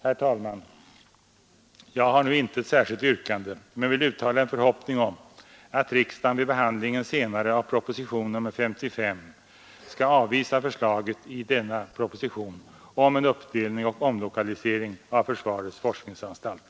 Herr talman! Jag har nu inget särskilt yrkande men vill uttala en förhoppning om att riksdagen vid behandlingen senare av propositionen SS skall avvisa förslaget i denna proposition om en uppdelning och omlokalisering av försvarets forskningsanstalt.